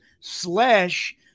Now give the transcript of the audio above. slash